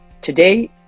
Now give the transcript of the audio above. Today